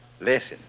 Listen